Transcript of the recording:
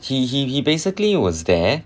he he he basically was there